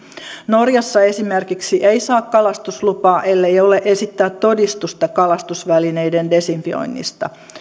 norjassa esimerkiksi ei saa kalastuslupaa ellei ole esittää todistusta kalastusvälineiden desinfioinnista